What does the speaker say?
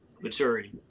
maturity